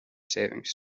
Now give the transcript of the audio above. savings